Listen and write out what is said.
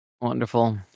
Wonderful